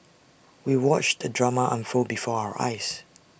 we watched the drama unfold before our eyes